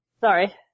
sorry